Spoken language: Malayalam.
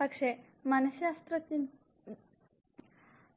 പക്ഷേ